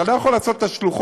אתה לא יכול לעשות את השלוחות